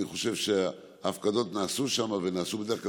אני חושב שהפקדות נעשו שם ונעשו בדרך כלל